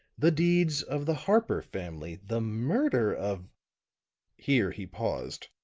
the deeds of the harper family the murder of here he paused,